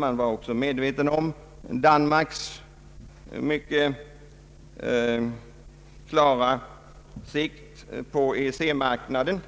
Man var även medveten om Danmarks mycket klara målsättning beträffande EEC-marknaden.